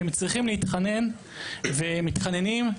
הם צריכים להתחנן והם מתחננים,